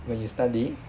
when you study